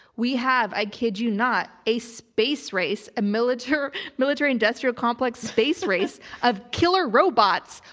we have, i kid you not a space race a military military industrial complex space race of killer robots,